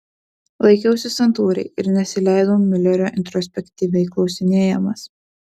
laikiausi santūriai ir nesileidau miulerio introspektyviai klausinėjamas